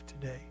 today